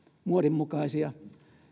muodinmukaisia